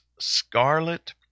scarlet